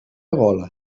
gola